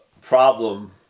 problem